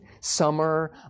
summer